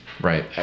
Right